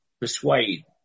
persuade